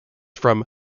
from